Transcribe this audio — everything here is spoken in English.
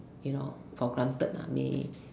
you know for granted ah may